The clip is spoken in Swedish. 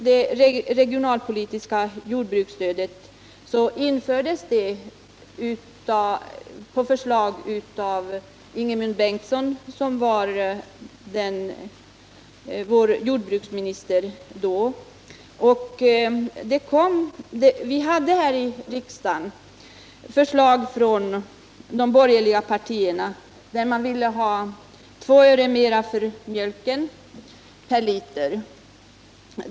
Det regionalpolitiska jordbruksstödet infördes på förslag av Ingemund Bengtsson, vår dåvarande jordbruksminister. Vi hade här i riksdagen förslag från de borgerliga partierna om två öre mera per liter för mjölken.